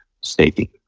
staking